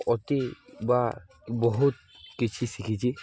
ଅତି ବା ବହୁତ କିଛି ଶିଖିଛି